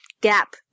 gap